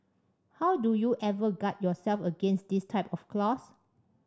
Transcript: how do you ever guard yourself against this type of clause